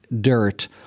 dirt